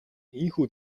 ийнхүү